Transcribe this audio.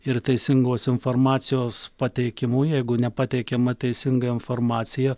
ir teisingos informacijos pateikimu jeigu nepateikiama teisinga informacija